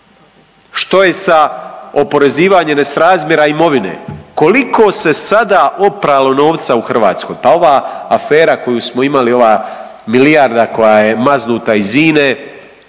Što je sa oporezivanjem nesrazmjera imovine? Koliko se sada opralo novca u Hrvatskoj? Pa ova afera koju smo imali ova milijarda koja je maznuta iz INA-e